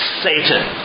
Satan